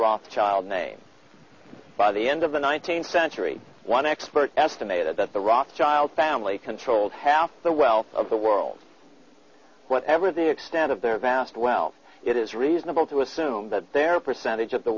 rothschild name by the end of the nineteenth century one expert estimated that the rothschild family controlled half the wealth of the world whatever the extent of their vast wealth it is reasonable to assume that their percentage of the